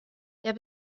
der